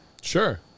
Sure